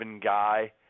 guy